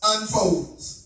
Unfolds